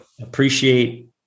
appreciate